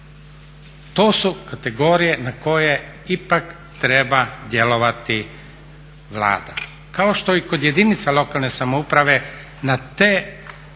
To su kategorije na koje ipak treba djelovati Vlada, kao što i kod jedinica lokalne samouprave na te